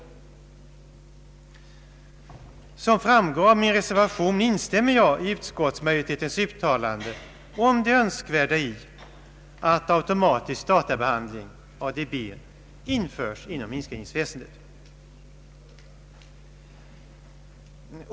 Såsom framgår av min reservation instämmer jag i utskottsmajoritetens uttalande om det önskvärda i att automatisk databehandling, ADB, införs inom inskrivningsväsendet.